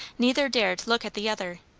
neither dared look at the other.